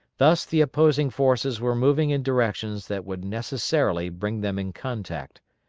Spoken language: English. thus the opposing forces were moving in directions that would necessarily bring them in contact,